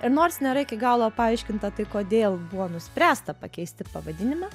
ir nors nėra iki galo paaiškinta tai kodėl buvo nuspręsta pakeisti pavadinimą